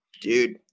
dude